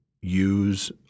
use